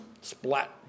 splat